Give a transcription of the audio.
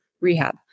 rehab